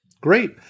Great